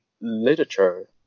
literature